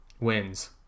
wins